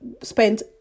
spent